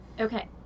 okay